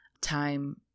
time